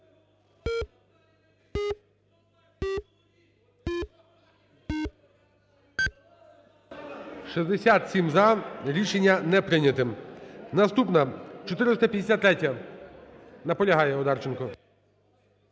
За-67 Рішення не прийняте. Наступна: 453-я. Наполягає Одарченко.